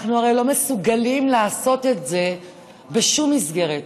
אנחנו הרי לא מסוגלים לעשות את זה בשום מסגרת,